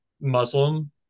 Muslim